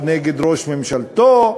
או נגד ראש ממשלתו,